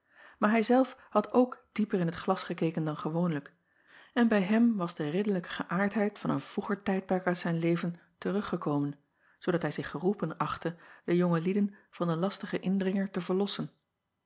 maar hij zelf had ook dieper in t glas gekeken dan gewoonlijk en bij hem was de ridderlijke geäardheid acob van ennep laasje evenster delen van een vroeger tijdperk uit zijn leven teruggekomen zoodat hij zich geroepen achtte de jonge lieden van den lastigen indringer te verlossen